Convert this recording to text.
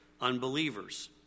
unbelievers